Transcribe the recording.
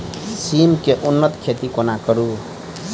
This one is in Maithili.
सिम केँ उन्नत खेती कोना करू?